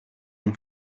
mon